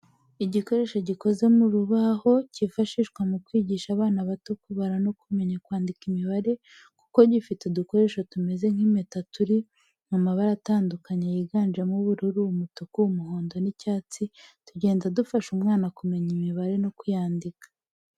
Igikoresho gikoze mu rubaho cyifashishwa mu kwigisha abana bato kubara no kumenya kwandika imibare, kuko gifite udukoresho tumeze nk'impeta turi mu mabara atandukanye yiganjemo ubururu, umutuku, umuhondo n'icyatsi tugenda dufasha umwana kumenya imibare no kuyandika.